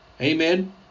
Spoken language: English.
Amen